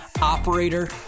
operator